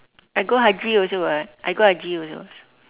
I go haji also [what] I go haji also